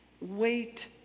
wait